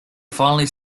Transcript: finally